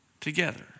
together